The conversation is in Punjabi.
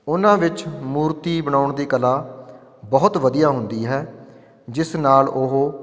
ਉਹਨਾਂ ਵਿੱਚ ਮੂਰਤੀ ਬਣਾਉਣ ਦੀ ਕਲਾ ਬਹੁਤ ਵਧੀਆ ਹੁੰਦੀ ਹੈ ਜਿਸ ਨਾਲ ਉਹ